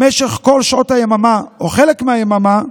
במשך כל שעות היממה או חלק מהיממה,